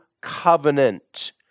covenant